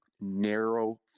narrow